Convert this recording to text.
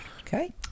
Okay